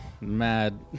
mad